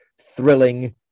thrilling